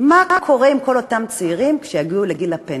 מה קורה עם כל אותם צעירים כשיגיעו לגיל הפנסיה.